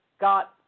got